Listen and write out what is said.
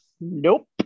Nope